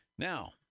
Now